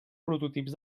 prototips